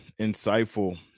insightful